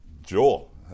Joel